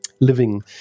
living